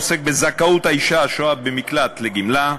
העוסק בזכאות האישה השוהה במקלט לגמלה,